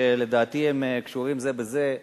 שלדעתי קשורים זה בזה,